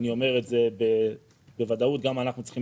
אני אומר את זה בוודאות גם אנחנו צריכים